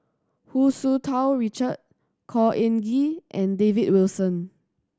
Hu Tsu Tau Richard Khor Ean Ghee and David Wilson